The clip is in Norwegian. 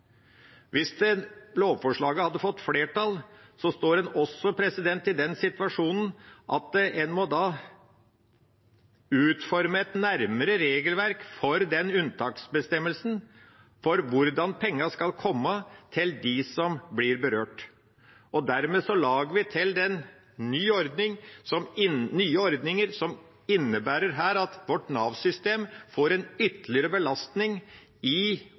Hvis dette lovforslaget får flertall, står en også i den situasjonen at en må utforme et nærmere regelverk for den unntaksbestemmelsen, for hvordan pengene skal komme til dem som blir berørt. Dermed lager vi nye ordninger som her innebærer at vårt Nav-system får en ytterligere belastning med å utforme regelverk og utbetale penger, noe som vil være veldig krevende. Derfor er Senterpartiet motstander av denne endringen i